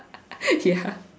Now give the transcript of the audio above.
ya